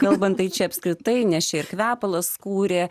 kalbant tai čia apskritai nes čia ir kvepalus kūrė